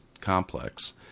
complex